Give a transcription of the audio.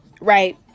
right